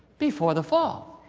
before the fall.